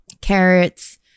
Carrots